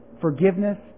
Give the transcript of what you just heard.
forgiveness